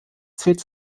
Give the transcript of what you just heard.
zählt